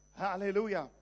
Hallelujah